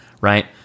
right